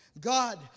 God